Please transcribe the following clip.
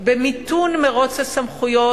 במיתון מירוץ הסמכויות,